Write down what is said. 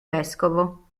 vescovo